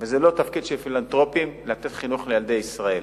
וזה לא תפקיד של פילנתרופים לתת חינוך לילדי ישראל.